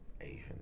Asian